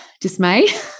dismay